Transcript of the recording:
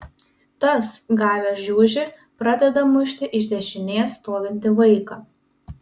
tas gavęs žiužį pradeda mušti iš dešinės stovintį vaiką